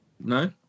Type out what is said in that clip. No